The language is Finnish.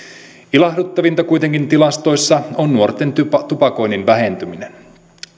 ilahduttavinta kuitenkin tilastoissa on nuorten tupakoinnin vähentyminen